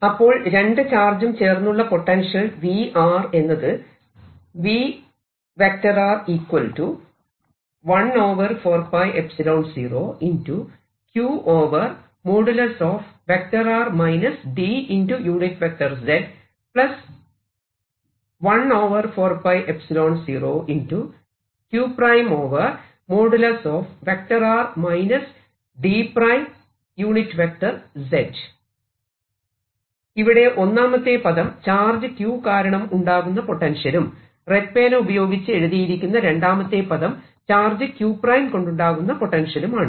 അപ്പോൾ രണ്ടു ചാർജും ചേർന്നുള്ള പൊട്ടൻഷ്യൽ V എന്നത് ഇവിടെ ഒന്നാമത്തെ പദം ചാർജ് q കാരണം ഉണ്ടാകുന്ന പൊട്ടൻഷ്യലും റെഡ് പേന ഉപയോഗിച്ച് എഴുതിയിരിക്കുന്ന രണ്ടാമത്തെ പദം ചാർജ് q കൊണ്ടുണ്ടാകുന്ന പൊട്ടൻഷ്യലുമാണ്